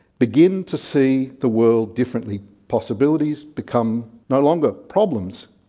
begin to see the world differently. possibilities become no longer problems,